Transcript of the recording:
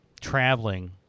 traveling